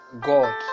God